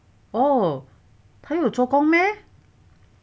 哦还有做工 meh